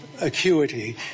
Acuity